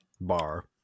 bar